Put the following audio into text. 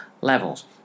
levels